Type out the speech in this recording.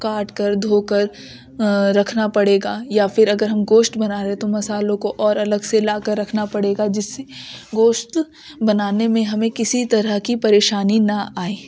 کاٹ کر دھو کر رکھنا پڑے گا یا پھر اگر ہم گوشٹ بنا رہے ہیں تو مصالحوں کو اور الگ سے لا کر رکھنا پڑے گا جس سے گوشت بنانے میں ہمیں کسی طرح کی پریشانی نہ آئے